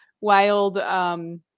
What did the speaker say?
wild